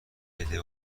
بده